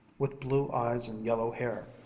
with blue eyes and yellow hair,